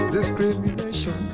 Discrimination